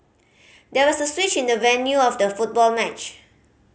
there was a switch in the venue of the football match